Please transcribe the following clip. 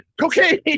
Cocaine